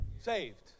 saved